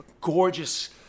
gorgeous